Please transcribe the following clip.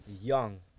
young